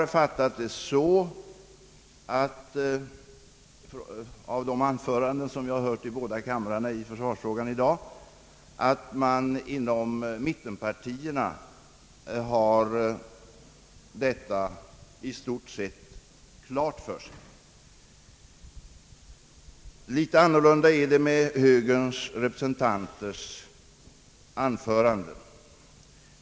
Efter de anföranden som jag har bört i båda kamrarna i försvarsfrågan i dag har jag förstått, att man inom mittenpartierna har detta i stort sett klart för sig. Litet annorlunda är det med anförandena av högerns representanter.